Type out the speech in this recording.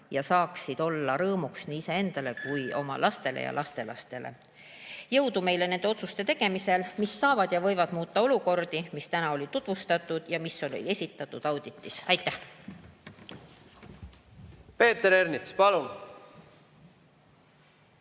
ja saaksid olla rõõmuks nii iseendale kui ka oma lastele ja lastelastele. Jõudu meile nende otsuste tegemisel, mis saavad ja võivad muuta olukordi, mida täna tutvustati ja mida esitati auditis. Aitäh! Peeter Ernits, palun!